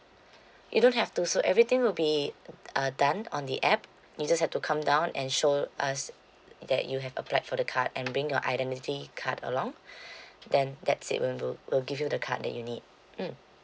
you don't have to so everything will be uh done on the app you just have to come down and show us that you have applied for the card and bring your identity card along then that's it when we'll we'll give you the card that you need mm